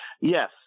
Yes